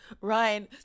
Ryan